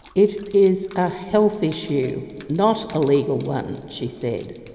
it is a health issue, not a legal one she said.